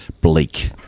Bleak